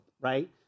right